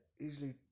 easily